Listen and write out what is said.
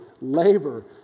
labor